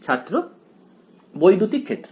ছাত্র বৈদ্যুতিক ক্ষেত্র